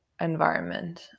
environment